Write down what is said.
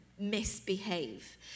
misbehave